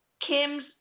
Kim's